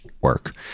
work